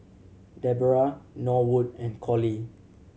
Debera Norwood and Colie